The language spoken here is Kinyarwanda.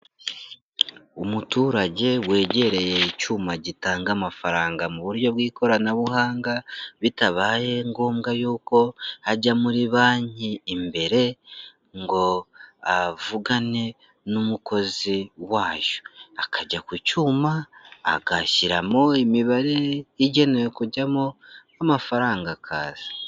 Umuturage wegereye icyuma gitanga amafaranga mu buryo bw'ikoranabuhanga bitabaye ngombwa yuko ajya muri banki imbere ngo avugane n'umukozi wayo, akajya ku cyuma agashyiramo imibare igenewe kujyamo amafaranga akaza.